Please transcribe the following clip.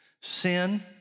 Sin